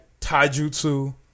Taijutsu